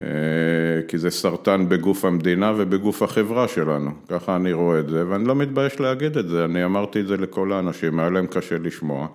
כי זה סרטן בגוף המדינה ובגוף החברה שלנו, ככה אני רואה את זה ואני לא מתבייש להגיד את זה, אני אמרתי את זה לכל האנשים, היה להם קשה לשמוע.